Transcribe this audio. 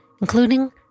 including